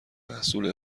محصول